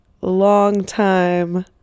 longtime